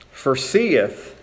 foreseeth